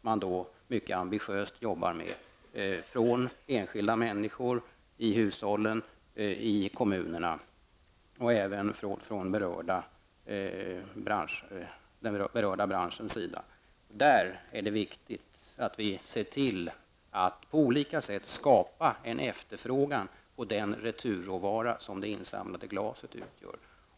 många arbetar mycket ambitiöst med att samla in, med insatser från enskilda människor i hushållen och vidare från kommunernas och den berörda branschens sida. I det sammanhanget är det viktigt att vi på olika sätt skapar en efterfrågan på den returråvara som det insamlade glaset utgör.